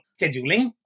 scheduling